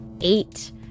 eight